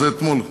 זה אתמול,